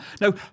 No